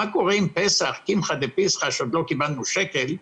מה קורה עם קמחא דה פסחא שעוד לא קיבלנו שקל,